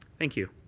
thank you.